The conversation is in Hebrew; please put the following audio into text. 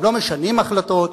הם לא משנים החלטות,